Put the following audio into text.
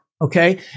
Okay